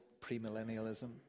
premillennialism